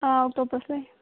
ꯑꯥ octopus ꯂꯩ